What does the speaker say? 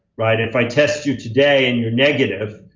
right? if i test you today and you're negative,